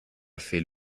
fait